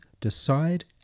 decide